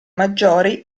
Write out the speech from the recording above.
maggiori